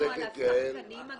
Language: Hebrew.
דיברנו על השחקנים הגדולים.